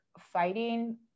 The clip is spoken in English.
fighting